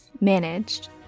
managed